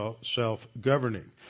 self-governing